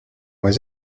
was